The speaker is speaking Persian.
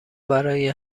برای